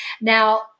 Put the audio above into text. Now